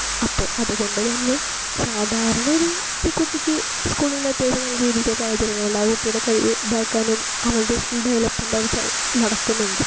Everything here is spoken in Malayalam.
അപ്പം അതുകൊണ്ടു തന്നെ സാധാരണ ഒരു കുട്ടിക്ക് സ്കൂളിൽ അത്യാവശ്യം നല്ല രീതിക്ക് സാഹചര്യം അല്ലെ ഉണ്ടാവൂ ആ കുട്ടിയുടെ കഴിവ് ഇതാക്കാനും അവരുടെ സ്കില്ഡെവലപ്പ്മെൻ്സായി നടക്കുന്നുണ്ട്